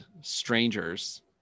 strangers